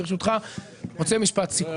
ברשותך, אני רוצה משפט סיכום.